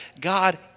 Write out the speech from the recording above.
God